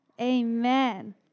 Amen